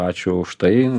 ačiū už tai